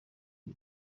uyu